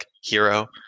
hero